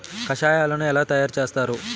కషాయాలను ఎలా తయారు చేస్తారు?